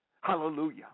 hallelujah